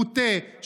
מוטה,